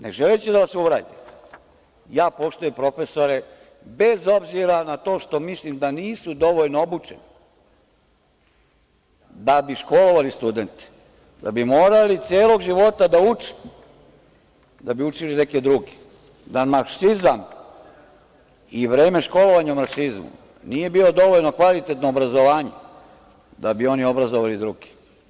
Ne želeći da vas uvredim, ja poštujem profesore bez obzira na to što mislim da nisu dovoljno obučeni da bi školovali studente, da bi morali celog života da uče da bi učili neke druge, da marksizam i vreme školovanja u marksizmu nije bilo dovoljno kvalitetno obrazovanje da bi oni obrazovali druge.